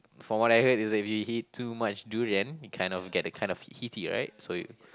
from what I heard is that if you eat too much durian you kind of get the kind of heaty right so you